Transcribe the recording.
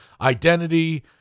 identity